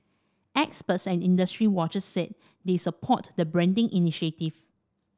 experts and industry watchers said they support the branding initiative